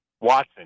Watson